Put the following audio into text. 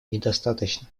недостаточно